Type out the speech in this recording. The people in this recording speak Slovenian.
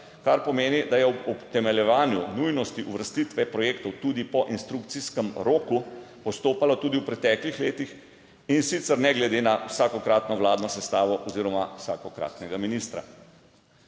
kar pomeni, da je ob utemeljevanju nujnosti uvrstitve projektov tudi po instrukcijskem roku postopalo tudi v preteklih letih, in sicer ne glede na vsakokratno vladno sestavo oziroma vsakokratnega ministra.